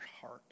heart